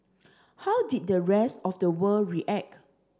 how did the rest of the world react